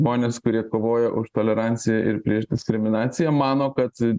žmones kurie kovoja už toleranciją ir prieš diskriminaciją mano kad